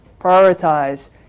prioritize